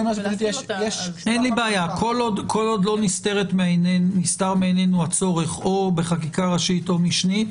כל עוד לא נסתר מעינינו הצורך או בחקיקה ראשית או משנית